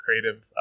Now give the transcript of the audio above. creative